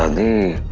um the